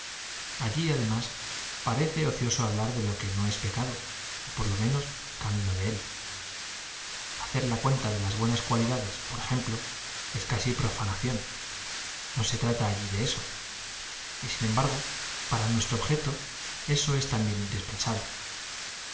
allí además parece ocioso hablar de lo que no es pecado o por lo menos camino de él hacer la cuenta de las buenas cualidades por ejemplo es casi profanación no se trata allí de eso y sin embargo para nuestro objeto eso es también indispensable